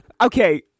Okay